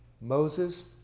Moses